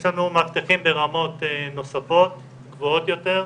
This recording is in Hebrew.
יש לנו מאבטחים ברמות נוספות, גבוהות יותר.